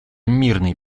мирный